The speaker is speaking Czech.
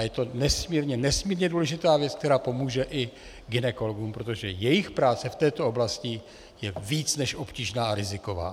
Je to nesmírně, nesmírně důležitá věc, která pomůže i gynekologům, protože jejich práce v této oblasti je více než obtížná a riziková.